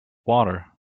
water